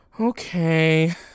Okay